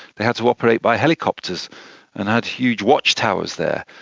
they had to operate by helicopters and had huge watchtowers there.